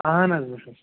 اَہَن حظ بہٕ چھُس